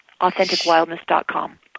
authenticwildness.com